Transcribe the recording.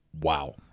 Wow